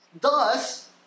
Thus